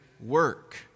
work